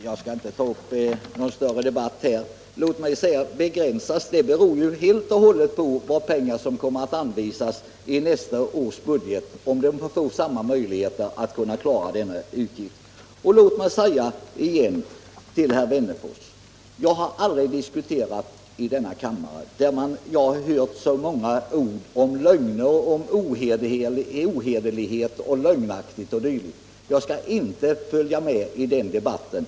Herr talman! Jag skall inte ta upp någon större debatt, men låt mig säga att begränsningen helt och hållet beror på hur mycket pengar som kommer att anvisas för detta ändamål i nästa års budget. Det är avgörande för om vi får samma möjligheter att klara dessa utgifter. Låt mig vidare säga till herr Wennerfors att jag har hört så många ord i denna kammare om lögner, ohederlighet o. d., men jag vill inte vara med i den debatten.